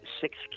six